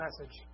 message